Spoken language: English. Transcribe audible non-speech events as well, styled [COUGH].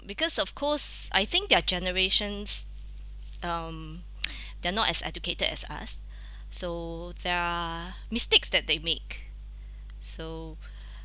because of course I think their generations um [NOISE] they're not as educated as us so there're mistakes that they make so